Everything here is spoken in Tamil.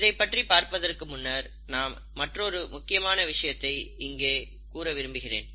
இதைப்பற்றி பார்ப்பதற்கு முன்னர் நான் மற்றொரு முக்கியமான விஷயத்தை இங்கே கூற விரும்புகிறேன்